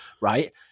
right